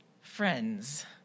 friends